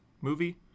movie